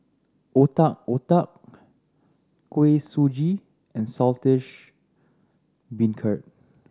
Otak Otak Kuih Suji and Saltish Beancurd